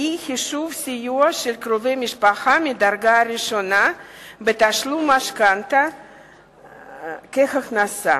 אי-חישוב סיוע של קרובי משפחה מדרגה ראשונה בתשלום משכנתה כהכנסה),